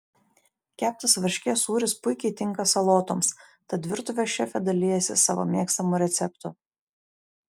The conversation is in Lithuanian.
keptas varškės sūris puikiai tinka salotoms tad virtuvės šefė dalijasi savo mėgstamu receptu